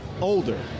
older